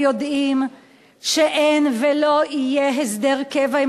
יודעים שאין ולא יהיה הסדר קבע עם